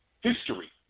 history